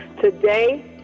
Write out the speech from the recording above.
Today